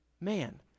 man